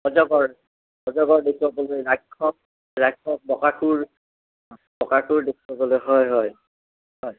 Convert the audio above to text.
অজাগৰ অজগৰ দেখুৱাবলৈ ৰাক্ষক ৰাক্ষস বকাসুৰ অঁ বকাসুৰ দেখুৱাবলৈ হয় হয় হয় হয় হয়